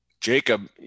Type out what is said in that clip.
Jacob